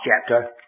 chapter